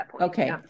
Okay